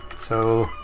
so,